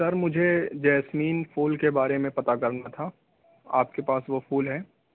سر مجھے جاسمین پھول کے بارے میں پتہ کرنا تھا آپ کے پاس وہ پھول ہے